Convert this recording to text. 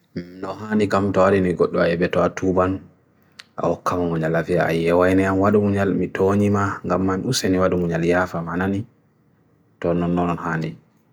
mnohan nikam toa rin nikot doa ebe toa 2 ban aokam mnunyalafia aiawa nian wad mnunyal mniton nima gamma nuseni wad mnunyaliafam anani toa nononan hani